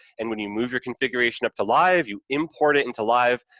and when you move your configuration up to live, you import it into live,